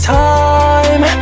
time